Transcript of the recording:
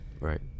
Right